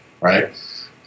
right